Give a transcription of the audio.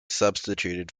substituted